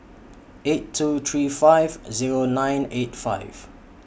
eight two three five Zero nine eight five